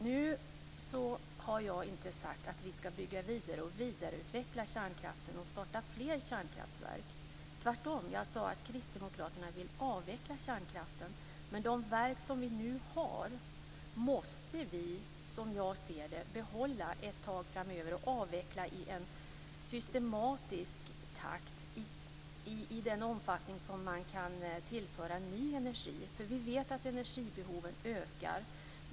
Fru talman! Jag har inte sagt att vi ska bygga vidare på och vidareutveckla kärnkraften och starta fler kärnkraftverk. Jag sade tvärtom, att kristdemokraterna vill avveckla kärnkraften. Men de verk som vi nu har måste vi, som jag ser det, behålla ett tag framöver och avveckla systematiskt i den takt som man kan tillföra ny energi. Vi vet att energibehoven ökar.